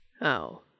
Oh